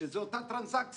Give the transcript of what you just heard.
שזו אותה טרנסקציה.